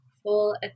Full